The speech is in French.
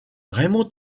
raymond